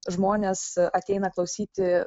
žmonės ateina klausyti